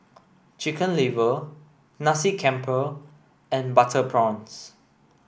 chicken liver Nasi Campur and butter prawns